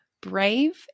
brave